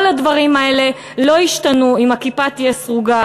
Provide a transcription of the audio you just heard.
כל הדברים האלה לא ישתנו אם הכיפה תהיה סרוגה